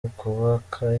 ukubaka